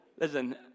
Listen